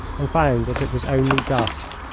and found that it was only dust.